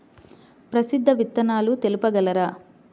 ప్రసిద్ధ విత్తనాలు తెలుపగలరు?